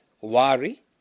Worry